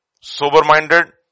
sober-minded